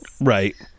Right